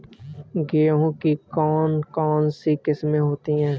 गेहूँ की कौन कौनसी किस्में होती है?